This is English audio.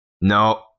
No